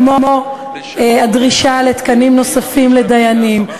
כמו הדרישה לתקנים נוספים לדיינים,